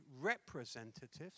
representatives